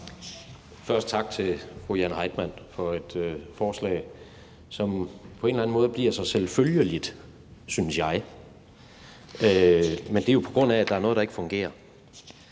Først tak til fru Jane Heitmann for at fremsætte et forslag, som på en eller anden måde bliver så selvfølgeligt, synes jeg. Men det er jo, på grund af at der er noget, der ikke fungerer.